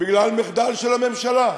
בגלל מחדל של הממשלה.